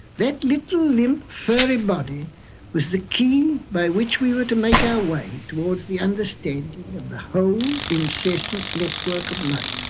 that little limp furry body was the key by which we were to make our way towards the understanding of the whole incessant network of life.